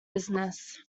business